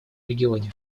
регионе